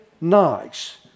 nice